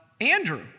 Andrew